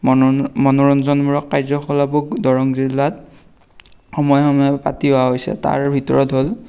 মনোৰঞ্জনমূলক কাৰ্যকলাপো দৰং জিলাত সময়ে সময়ে পাতি অহা হৈছে তাৰ ভিতৰত হ'ল